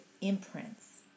imprints